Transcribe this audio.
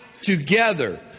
together